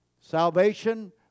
salvation